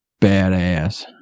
badass